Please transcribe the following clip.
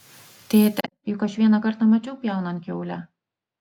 tėte juk aš vieną kartą mačiau pjaunant kiaulę